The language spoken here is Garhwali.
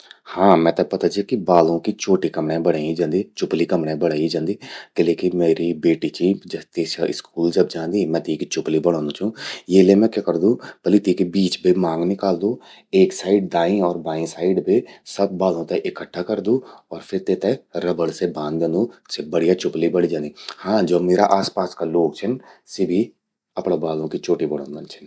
हां...मैते पता चि कि बालूं कि चोटि कमण्ये बणयी जंदि, चुफलि कमण्ये बणयीं जंदि। किले कि म्येरि बेटी चि, स्या स्कूल जब जांदि मैं तींकि चुफली बणौंदू छूं। ये ले मैं क्या करदू, पलि तींकि बीच बे मांग निकालदू। एक साइड दाईं और बांई साइड बे सब बालों ते इकट्टा करदू अर फिर तेते रबड़ से बांध द्योंदू। स्या बढ़िया चुफलि बणि जंदि। हां, ज्वो म्येरा आसपास का लोग छिन, सि भी अपणि बालों कि चोटि बणौंदन छिन।